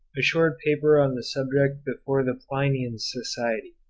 a short paper on the subject before the plinian society.